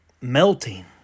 melting